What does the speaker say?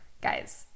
guys